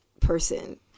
person